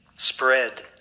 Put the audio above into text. spread